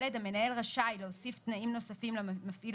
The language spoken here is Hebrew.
המנהל רשאי להוסיף תנאים נוספים למפעיל